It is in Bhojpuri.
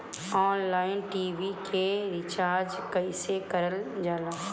ऑनलाइन टी.वी के रिचार्ज कईसे करल जाला?